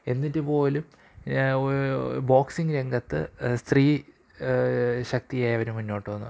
എന്നിട്ടുപോലും boxing രംഗത്ത് സ്ത്രീ ശക്തിയായി അവര് മുന്നോട്ടുവന്നു